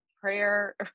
prayer